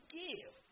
give